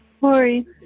Lori